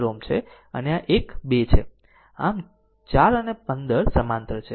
આમ 4 અને 15 સમાંતર છે